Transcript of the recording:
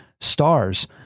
stars